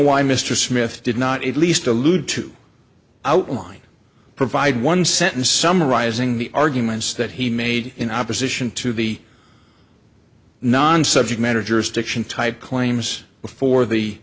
why mr smith did not at least allude to outline provide one sentence summarizing the arguments that he made in opposition to the non subject matter jurisdiction type claims before the